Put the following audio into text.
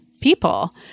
people